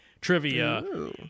trivia